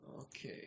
Okay